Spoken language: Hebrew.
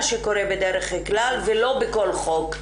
לא, זה לא מה שקורה בדרך כלל, ולא בכל חוק.